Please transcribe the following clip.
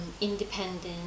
independent